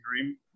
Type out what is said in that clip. Dream